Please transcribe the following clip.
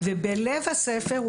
ובלב הספר,